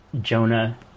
Jonah